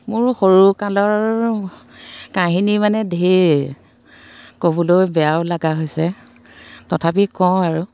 মোৰ সৰুকালৰ কাহিনী মানে ধেৰ ক'বলৈ বেয়াও লগা হৈছে তথাপি কওঁ আৰু